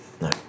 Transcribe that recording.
No